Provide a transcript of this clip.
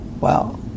Wow